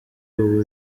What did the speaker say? uba